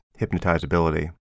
hypnotizability